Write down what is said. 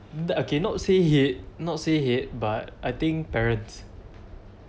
the okay not say hate not say hate but I think parents